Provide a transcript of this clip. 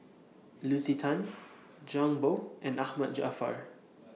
Lucy Tan Zhang Bohe and Ahmad Jaafar